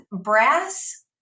brass